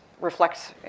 reflects